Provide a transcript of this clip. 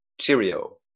Cheerio